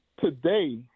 Today